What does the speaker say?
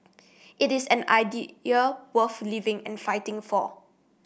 it is an worth living and fighting for